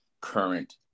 current